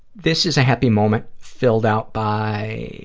this is a happy moment filled out by